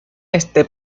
este